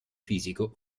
fisico